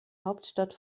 hauptstadt